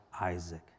Isaac